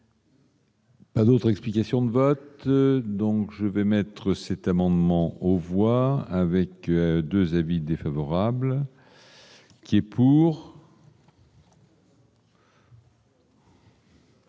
D'autre explications de vote, donc je vais mettre c'est amendements aux voix avec 2 avis défavorables. Qui pour.